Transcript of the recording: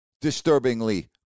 disturbingly